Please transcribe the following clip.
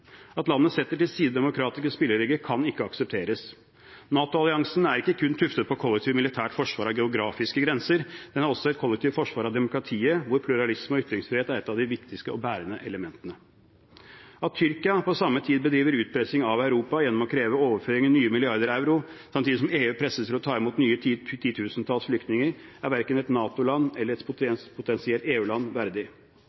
At landet setter til side demokratiske spilleregler, kan ikke aksepteres. NATO-alliansen er ikke kun tuftet på kollektivt militært forsvar av geografiske grenser. Den er også et kollektivt forsvar av demokratiet, hvor pluralisme og ytringsfrihet er et av de viktige og bærende elementene. At Tyrkia på samme tid bedriver utpressing av Europa gjennom å kreve overføring av nye milliarder euro, samtidig som EU presses til å ta imot nye titusentalls flyktninger, er verken et NATO-land eller et